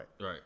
Right